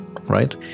right